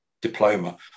diploma